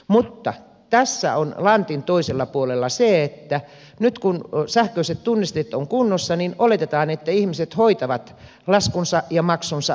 mutta tässä on lantin toisella puolella se että nyt kun sähköiset tunnisteet ovat kunnossa niin oletetaan että ihmiset hoitavat laskunsa ja maksunsa sähköisesti